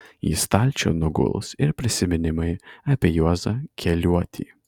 į stalčių nuguls ir prisiminimai apie juozą keliuotį